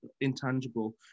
intangible